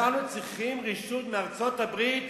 אנחנו צריכים רשות מארצות-הברית